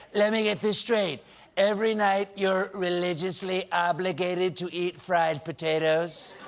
let me get this straight every night, you're religiously obligated to eat fried potatoes?